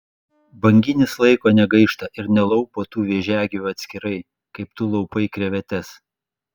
banginis laiko negaišta ir nelaupo tų vėžiagyvių atskirai kaip tu laupai krevetes